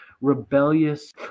rebellious